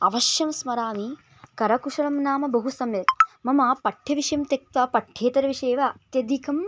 अवश्यं स्मरामि करकुशलं नाम बहु सम्यक् मम पठ्यविषयं त्यक्त्वा पठ्येतरविषये एव अत्यधिक